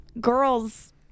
girls